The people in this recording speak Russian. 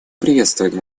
приветствуем